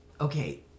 okay